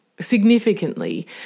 significantly